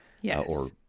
Yes